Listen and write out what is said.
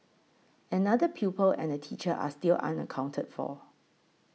another pupil and a teacher are still unaccounted for